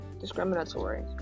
discriminatory